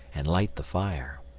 and light the fire.